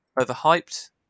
overhyped